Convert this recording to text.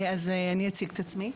אציג את עצמי.